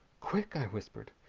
quick! i whispered.